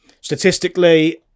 Statistically